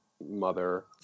mother